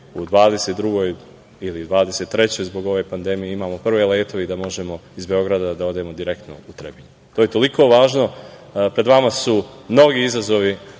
2023. godini, zbog ove pandemije, imamo prve letove i da možemo iz Beograda da odemo direktno u Trebinje. To je toliko važno. Pred vama su mnogi izazovi,